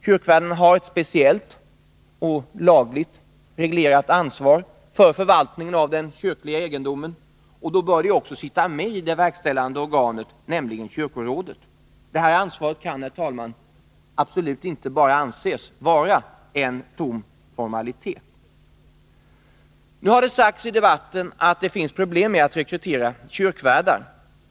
Kyrkvärdarna har ett speciellt och lagligt reglerat ansvar för förvaltningen av den kyrkliga egendomen, och då bör de också sitta med i det verkställande organet, nämligen kyrkorådet. Det här ansvaret kan, herr talman, absolut inte bara anses vara en tom formalitet. Det har sagts i debatten att det finns problem när det gäller att rekrytera kyrkvärdar.